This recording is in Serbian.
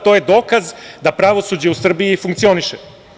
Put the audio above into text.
To je dokaz da pravosuđe u Srbiji funkcioniše.